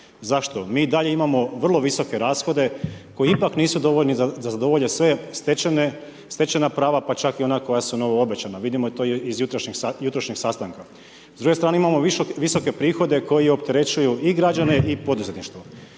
Zašto? Mi i dalje imamo vrlo visoke rashode koji ipak nisu dovoljni da zadovolje sve stečene, stečena prava pa čak i ona koja su novo obećana, vidimo to i iz jutrošnjeg sastanka. S druge strane imamo visoke prihode koji opterećuju i građana i poduzetništvo.